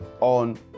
on